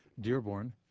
Dearborn